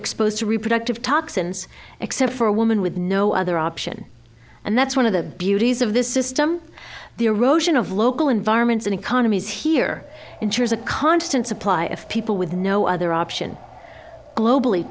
exposed to reproductive toxins except for a woman with no other option and that's one of the beauties of this system the erosion of local environments and economies here ensures a constant supply of people with no other option globally